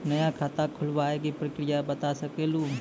नया खाता खुलवाए के प्रक्रिया बता सके लू?